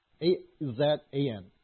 A-Z-A-N